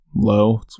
low